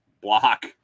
block